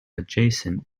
adjacent